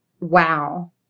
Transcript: wow